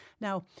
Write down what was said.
Now